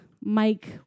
Mike